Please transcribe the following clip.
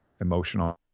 emotional